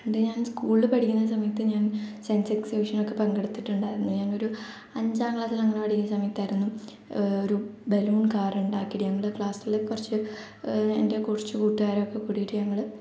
പണ്ട് ഞാൻ സ്കൂളിൽ പഠിക്കുന്ന സമയത്ത് ഞാൻ സയൻസ് എക്സിബിഷന് ഒക്കെ പങ്കെടുത്തിട്ടുണ്ടായിരുന്നു ഞാനൊരു അഞ്ചാം ക്ലാസിലങ്ങനെ പഠിക്കുന്ന സമയത്തായിരുന്നു ഒരു ബലൂൺ കാർ ഉണ്ടാക്കിയിട്ട് ഞങ്ങൾ ക്ലാസ്സിൽ കുറച്ച് എൻ്റെ കുറച്ച് കൂട്ടുകാരൊക്കെ കൂടിയിട്ട് ഞങ്ങൾ